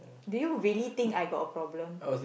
do you really think I got a problem